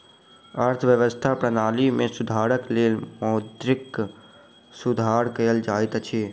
अर्थव्यवस्था प्रणाली में सुधारक लेल मौद्रिक सुधार कयल जाइत अछि